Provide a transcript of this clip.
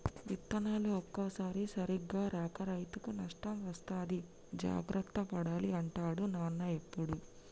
విత్తనాలు ఒక్కోసారి సరిగా రాక రైతుకు నష్టం వస్తది జాగ్రత్త పడాలి అంటాడు నాన్న ఎప్పుడు